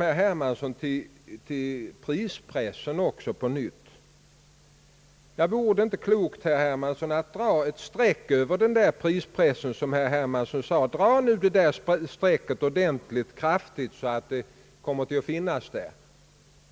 Herr Hermansson tog också på nytt upp frågan om prispressen. Ja, vore det inte klokt, herr Hermansson, att dra ett streck över denna fråga? Herr Hermansson borde göra det riktigt kraftigt, så att man observerar att det finns där.